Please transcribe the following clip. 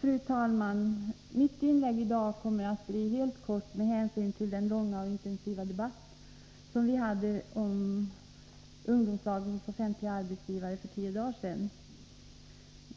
Fru talman! Mitt inlägg i dag kommer att bli kort med hänsyn till den långa och intensiva debatt vi hade om ungdomslag hos offentliga arbetsgivare för tio dagar sedan.